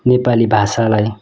नेपाली भाषालाई